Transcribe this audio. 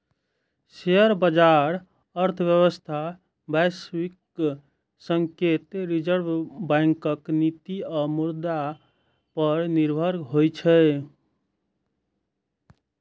share बाजार अर्थव्यवस्था, वैश्विक संकेत, रिजर्व बैंकक नीति आ मुद्रा पर निर्भर होइ छै